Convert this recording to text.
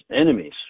enemies